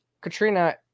Katrina